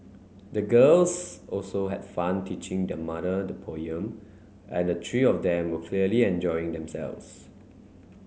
the girls also had fun teaching their mother the poem and the three of them were clearly enjoying themselves